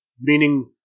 meaning